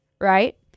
Right